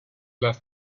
left